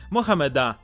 Mohameda